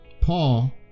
Paul